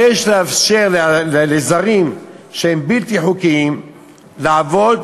יש לאפשר לזרים שהם בלתי חוקיים לעבוד